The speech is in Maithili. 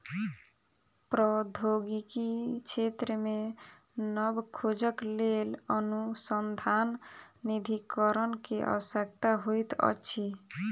प्रौद्योगिकी क्षेत्र मे नब खोजक लेल अनुसन्धान निधिकरण के आवश्यकता होइत अछि